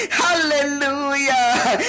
hallelujah